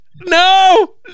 No